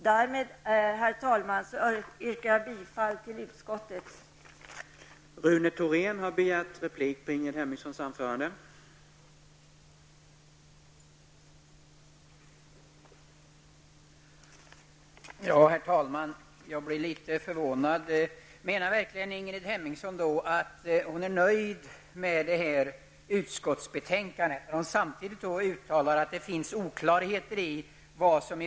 Därmed, herr talman, yrkar jag bifall till utskottets hemställan.